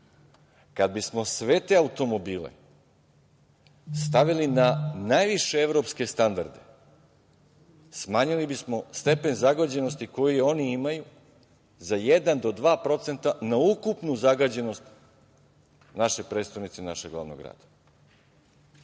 Kad bismo sve te automobile stavili na najviše evropske standarde, smanjili bismo stepen zagađenosti koji oni imaju za jedan do dva procenta na ukupnu zagađenost naše prestonice i našeg glavnog grada.